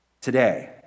today